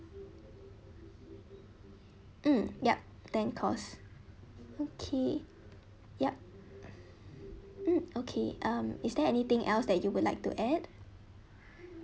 mm yup ten course okay yup mm okay um is there anything else that you would like to add